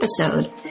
episode